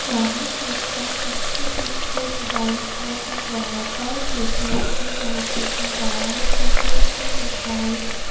میں نے Flipkart app سے ایک موبائل فون منگوایا تھا جو کہ مجھے بہت پسند آیا ہے کیوں کہ اس کا ڈیزائن